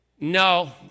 No